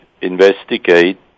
investigate